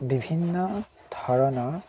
বিভিন্ন ধৰণৰ